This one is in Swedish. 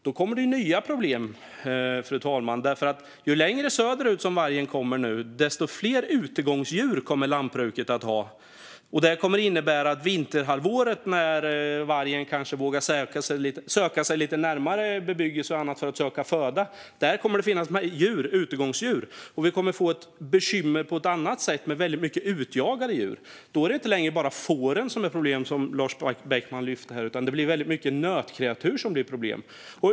Då kommer det nya problem, fru talman, för ju längre söderut vargen kommer, desto fler utegångsdjur kommer lantbruket att ha. Detta kommer att innebära att det under vinterhalvåret, när vargen kanske vågar söka sig lite närmare bebyggelse för att söka föda, kommer att finnas utegångsdjur. Vi kommer att få bekymmer på ett annat sätt med väldigt mycket utjagade djur. Då är det inte längre bara fåren, som Lars Beckman tog upp tidigare, som är problemet, utan det blir även mycket problem med nötkreatur.